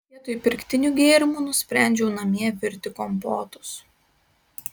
vietoj pirktinių gėrimų nusprendžiau namie virti kompotus